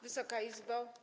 Wysoka Izbo!